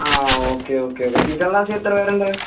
ആ okay okay okay ടീച്ചറിൻ്റെ ക്ലാസ്സിൽ എത്രപേരുണ്ട്